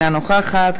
אינה נוכחת,